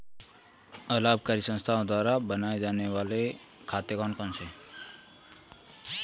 अलाभकारी संस्थाओं द्वारा बनाए जाने वाले खाते कौन कौनसे हैं?